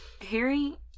Harry